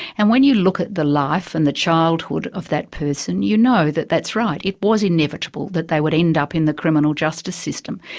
and when you look at the life and the childhood of that person, you know that that's right, it was inevitable that they would end up in the criminal justice system.